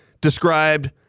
described